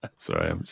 Sorry